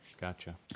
Gotcha